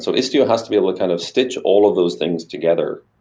so istio has to be able to kind of stitch all of those things together.